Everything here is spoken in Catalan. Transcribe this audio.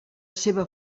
seva